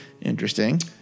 Interesting